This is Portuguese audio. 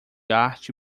arte